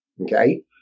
Okay